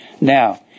Now